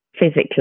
physically